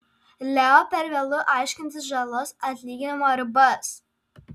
leo per vėlu aiškintis žalos atlyginimo ribas